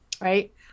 Right